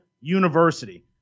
University